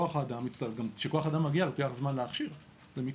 כשכוח אדם מגיע, לוקח זמן להכשיר, זה מקצוע.